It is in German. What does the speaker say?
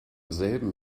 selben